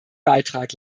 beitrag